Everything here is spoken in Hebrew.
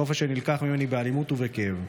חופש שנלקח ממני באלימות ובכאב,